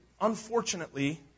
unfortunately